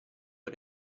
era